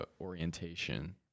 orientation